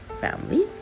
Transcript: family